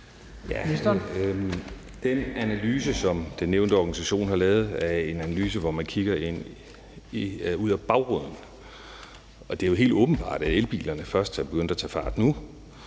Den analyse, som den nævnte organisationen har lavet, er en analyse, hvor man kigger ud af bagruden, og det er jo helt åbenbart, at elbilerne først er begyndt at tage fart nu.